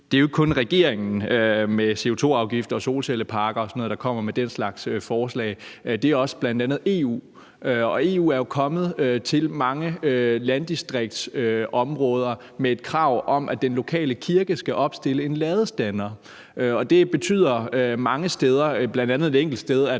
Det er jo ikke kun regeringen med CO2-afgift og solcelleparker og sådan noget, der kommer med den slags forslag. Det er også bl.a. EU. EU er jo kommet med et krav til mange landdistriktsområder om, at den lokale kirke skal opstille en ladestander. Det betyder mange steder, bl.a. et enkelt sted,